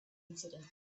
incidents